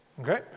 okay